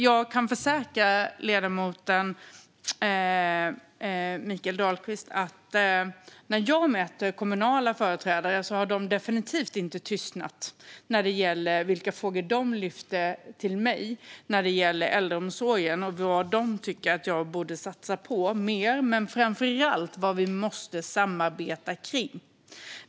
Jag kan försäkra ledamoten Mikael Dahlqvist att de kommunala företrädare jag möter definitivt inte har tystnat när det gäller de frågor som de lyfter fram för mig om äldreomsorgen och vad de tycker att jag borde satsa mer på och framför allt vad vi måste samarbeta kring.